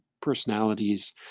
personalities